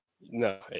No